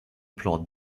plan